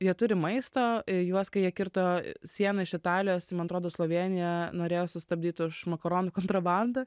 jie turi maisto juos kai jie kirto sieną iš italijostai man atrodo slovėnija norėjo sustabdyt už makaronų kontrabandą